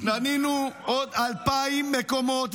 בנינו עוד 2,000 מקומות,